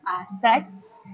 aspects